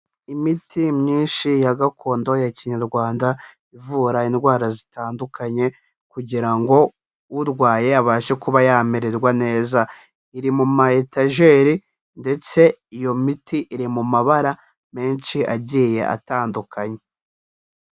Imiti myinshi ya gakondo ya kinyarwanda ivura indwara zitandukanye kugira ngo urwaye abashe kuba yamererwa neza, iri mu mayetajeri ndetse iyo miti iri mu mabara menshi agiye atandukanye.